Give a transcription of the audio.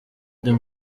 ari